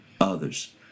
others